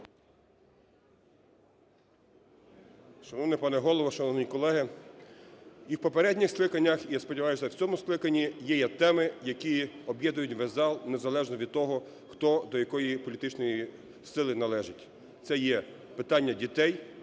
Шановний пане Голово, шановні колеги, і в попередніх скликаннях і, я сподіваюся, в цьому скликанні, є теми, які об'єднують весь зал, незалежно від того, хто до якої політичної сили належить. Це є питання дітей,